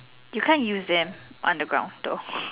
you can't use them underground still